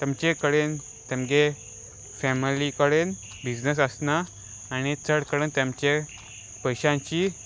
तेमचे कडेन तेमगे फॅमिली कडेन बिजनस आसना आनी चड कडेन तेमचे पयशांची